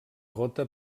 gota